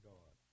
God